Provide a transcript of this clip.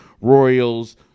Royals